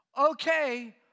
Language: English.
Okay